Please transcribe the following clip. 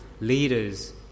leaders